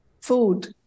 food